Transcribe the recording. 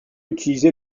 utiliser